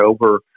over